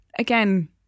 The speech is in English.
again